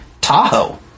Tahoe